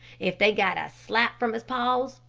if they got a slap from his paws,